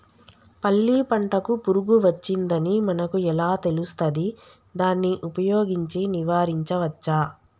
పల్లి పంటకు పురుగు వచ్చిందని మనకు ఎలా తెలుస్తది దాన్ని ఉపయోగించి నివారించవచ్చా?